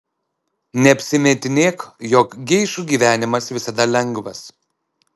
neapsimetinėk jog geišų gyvenimas visada lengvas